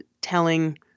telling